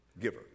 giver